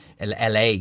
LA